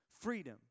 freedom